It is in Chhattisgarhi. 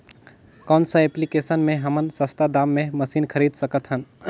कौन सा एप्लिकेशन मे हमन सस्ता दाम मे मशीन खरीद सकत हन?